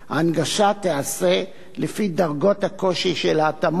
ההנגשה תיעשה לפי דרגות הקושי של ההתאמות